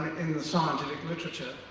in the scientific literature.